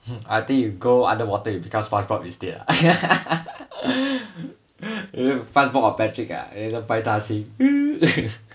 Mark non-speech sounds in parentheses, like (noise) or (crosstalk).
(laughs) I think you go underwater you become spongebob instead ah (laughs) sponge bob or patrick ah then later 大海星 (noise)